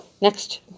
next